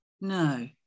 No